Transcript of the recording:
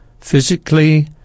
physically